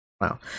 Wow